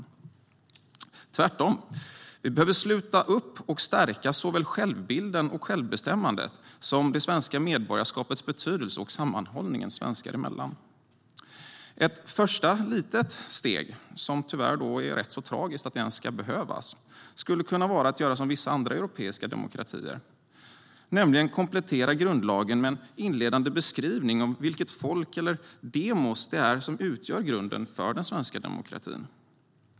Tvärtom behöver vi sluta upp bakom och stärka såväl självbilden och självbestämmandet som det svenska medborgarskapets betydelse och sammanhållningen svenskar emellan. Ett första litet steg, som det tyvärr är rätt så tragiskt att det ens ska behövas, skulle kunna vara att göra som vissa andra europeiska demokratier, nämligen att komplettera grundlagen med en inledande beskrivning av vilket folk, eller demos, det är som utgör grunden för den svenska demokratin.